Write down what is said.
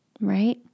right